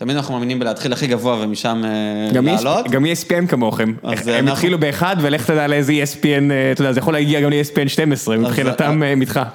תמיד אנחנו מאמינים בלהתחיל הכי גבוה ומשם לעלות. גם ESPN כמוכם, הם התחילו באחד ולך תדע לאיזה ESPN, אתה יודע, זה יכול להגיע גם ל-ESPN 12 מבחינתם הם איתך.